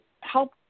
help